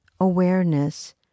awareness